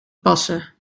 passen